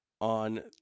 on